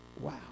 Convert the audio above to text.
Wow